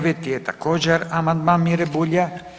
9. je također amandman Mire Bulja.